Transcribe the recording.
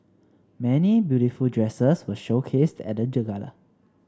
many beautiful dresses were showcased at the gala